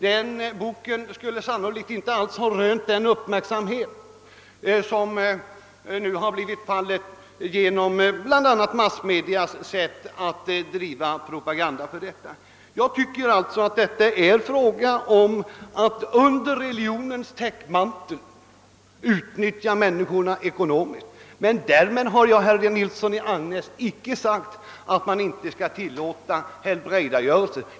Den boken skulle i vanliga fall sannolikt inte alls ha rönt den uppmärksamhet som nu blivit fallet bl.a. på grund av den propaganda som massmedia kommit att bedriva kring denna sak. Jag anser alltså att man i detta fall under religionens täckmantel har utnyttjat människor ekonomiskt. Men därmed, herr Nilsson i Agnäs, har jag inte sagt att man inte skall tillåta helbrägdagörelse.